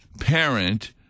parent